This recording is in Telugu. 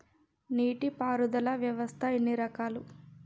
నీటి పారుదల వ్యవస్థ ఎన్ని రకాలు?